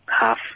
half